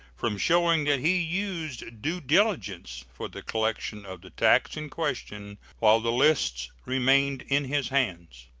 from showing that he used due diligence for the collection of the tax in question while the lists remained in his hands.